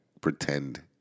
pretend